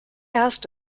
asked